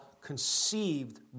conceived